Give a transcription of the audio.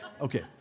Okay